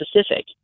specific